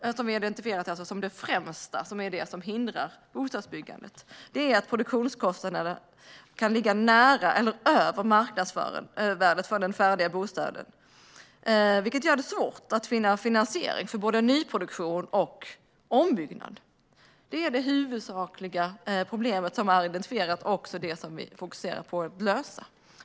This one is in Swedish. Det som vi har identifierat som det främsta som hindrar bostadsbyggandet är att produktionskostnaderna kan ligga nära eller över marknadsvärdet för den färdiga bostaden, vilket gör det svårt att finna finansiering för både nyproduktion och ombyggnad. Det är det huvudsakliga problemet, som är identifierat och som vi fokuserar på att lösa.